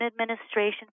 administration